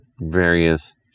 various